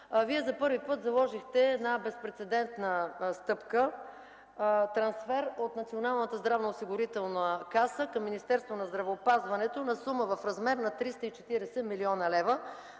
Вие за първи път заложихте една безпрецедентна стъпка – трансфер от Националната здравноосигурителна каса към Министерството на здравеопазването на сума в размер от 340 млн. лв.